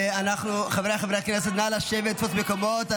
חבריי חברי הכנסת, נא לשבת, תפסו מקומות.